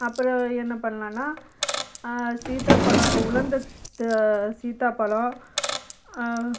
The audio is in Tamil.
அப்புறம் என்ன பண்ணலான்னா சீதாப்பழம் உலர்ந்த சீதாப்பழம்